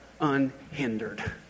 unhindered